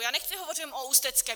Já nechci hovořit jen o Ústeckém.